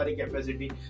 Capacity